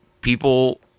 people